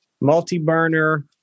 multi-burner